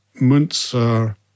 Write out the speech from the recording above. Munzer